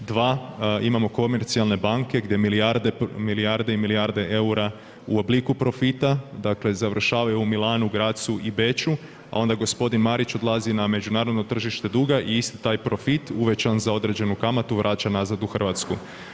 Dva, imamo komercijalne banke gdje milijarde i milijarde eura u obliku profita završavaju u Milanu, Grazu i Beču, a onda gospodin Marić odlazi na međunarodno tržište duga i isti taj profit uvećan za određenu kamatu vraća nazad u Hrvatsku.